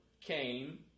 came